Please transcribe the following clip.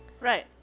Right